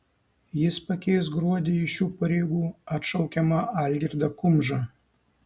jis pakeis gruodį iš šių pareigų atšaukiamą algirdą kumžą